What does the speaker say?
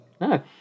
No